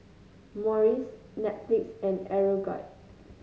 Morries Netflix and Aeroguard